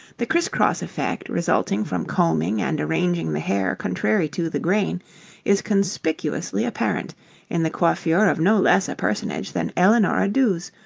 the criss-cross effect resulting from combing and arranging the hair contrary to the grain is conspicuously apparent in the coiffure of no less a personage than eleanora duse,